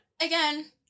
again